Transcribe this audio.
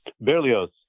berlioz